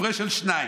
הפרש של שניים.